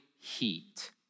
heat